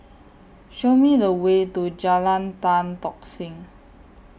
Show Me The Way to Jalan Tan Tock Seng